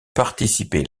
participer